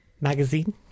Magazine